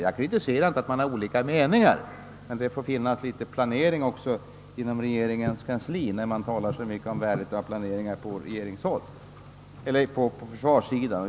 Jag kritiserar inte att man har olika meningar, men det måste finnas planering även inom regeringens kansli, när man talar så mycket om värdet av planering på försvarssidan.